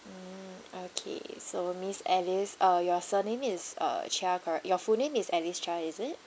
mm okay so miss alice uh your surname is uh cheah correct your full name is alice cheah is it